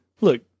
Look